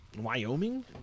Wyoming